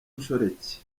inshoreke